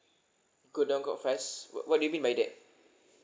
go down quite fast what what do you mean by that